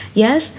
yes